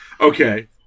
Okay